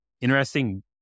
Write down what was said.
interesting